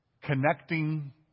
connecting